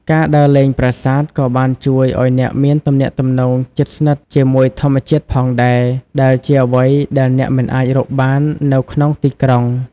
ការដើរលេងប្រាសាទក៏បានជួយឱ្យអ្នកមានទំនាក់ទំនងជិតស្និទ្ធជាមួយធម្មជាតិផងដែរ ដែលជាអ្វីដែលអ្នកមិនអាចរកបាននៅក្នុងទីក្រុង។